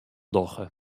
dogge